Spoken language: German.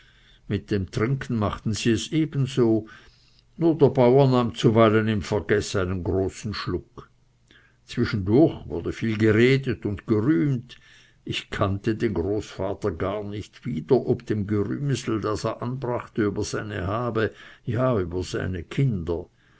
mit dem trinken machten sie es ebenso nur der bauer nahm zuweilen im vergeß einen großen schluck zwischendurch wurde viel geredet und gerühmt ich kannte den großvater gar nicht wieder ob dem gerühmsel das er anbrachte über seine habe und über seine kinder